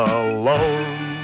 alone